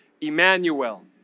Emmanuel